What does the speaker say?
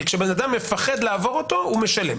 כי כשבן אדם מפחד לעבור אותו הוא משלם.